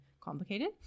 complicated